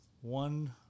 one